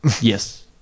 Yes